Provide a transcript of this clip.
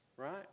Right